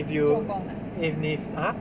if you if 妳 !huh!